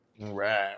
right